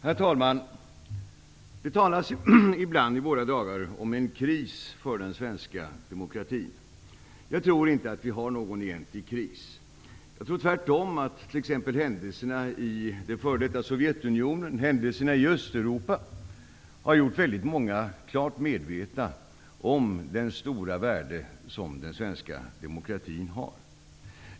Herr talman! I dessa dagar talas det ibland om en kris för den svenska demokratin. Jag tror inte att vi har någon egentlig kris. Jag tror tvärtom att t.ex. Östeuropa har gjort många klart medvetna om det stora värde som den svenska demokratin har.